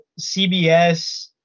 cbs